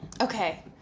Okay